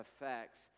effects